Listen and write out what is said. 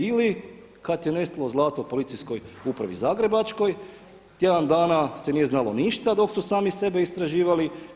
Ili kad je nestalo zlato Policijskoj upravi zagrebačkoj, tjedan dana se nije znalo ništa dok su sami sebe istraživali.